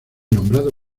nombrado